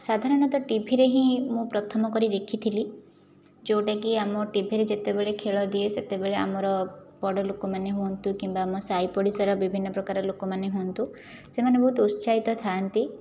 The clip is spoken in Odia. ସାଧାରଣତଃ ଟିଭିରେ ହିଁ ମୁଁ ପ୍ରଥମ କରି ଦେଖିଥିଲି ଯେଉଁଟାକି ଆମ ଟିଭିରେ ଯେତେବେଳେ ଖେଳ ଦିଏ ସେତେବେଳେ ଆମର ବଡ଼ଲୋକମାନେ ହୁଅନ୍ତୁ କିମ୍ବା ଆମ ସାହିପଡ଼ିଶାର ବିଭିନ୍ନ ପ୍ରକାର ଲୋକମାନେ ହୁଅନ୍ତୁ ସେମାନେ ବହୁତ ଉତ୍ସାହିତ ଥାଆନ୍ତି